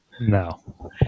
No